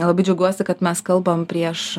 labai džiaugiuosi kad mes kalbam prieš